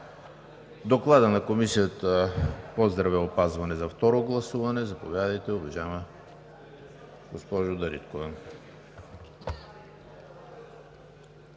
Докладът е на Комисията по здравеопазване за второ гласуване. Заповядайте, уважаема госпожо Дариткова.